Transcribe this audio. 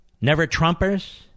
never-Trumpers